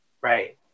Right